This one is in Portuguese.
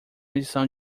adição